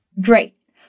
Great